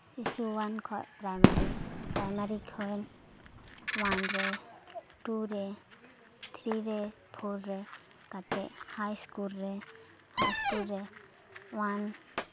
ᱥᱤᱥᱩ one ᱠᱷᱚᱱ primary primary ᱠᱷᱚᱱ one ᱨᱮ ᱴᱩ ᱨᱮ ᱛᱷᱨᱤ ᱨᱮ ᱯᱷᱳᱨ ᱨᱮ ᱠᱟᱛᱮ ᱦᱟᱭ ᱤᱥᱠᱩᱞ ᱨᱮ ᱦᱟᱭ ᱤᱥᱠᱩᱞ ᱨᱮ ᱚᱣᱟᱱ